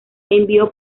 envió